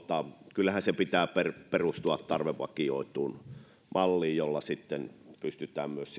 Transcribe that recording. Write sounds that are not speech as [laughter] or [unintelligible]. kyllähän sen pitää perustua tarvevakioituun malliin jolla sitten pystytään myös [unintelligible]